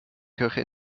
kirche